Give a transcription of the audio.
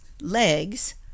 Legs